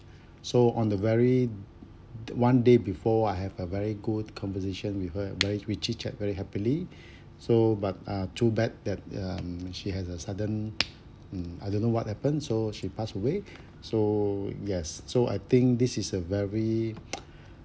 so on the very one day before I have a very good conversation with her uh very we chit-chat very happily so but uh too bad that um she has a sudden mm I don't know what happen so she passed away so yes so I think this is a very